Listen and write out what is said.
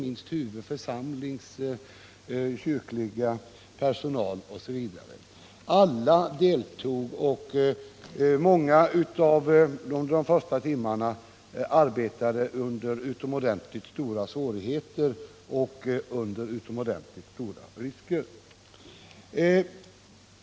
Genom Tuve församlings kyrkliga personal organiserades en frivillig hjälpverksamhet som kom att vara till stor hjälp för de drabbade. Under de första timmarna arbetade många under utomordentligt stora svårigheter och under mycket stora risker.